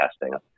testing